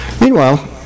Meanwhile